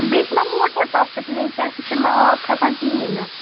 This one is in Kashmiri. بیٚیہِ چھُناہ موٹَر تتھ سۭتۍ لِنٛک تتھ تہِ چھِنہٕ وۅنۍ آب کھسان کِہیٖنٛۍ نہٕ